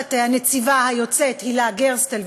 תחת הנציבה היוצאת הילה גרסטל,